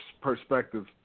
perspective